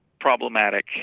problematic